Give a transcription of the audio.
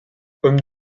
homme